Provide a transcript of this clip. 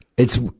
it's,